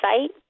site